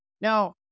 Now